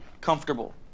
comfortable